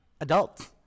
adults